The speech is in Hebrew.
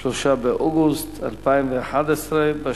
3 באוגוסט 2011,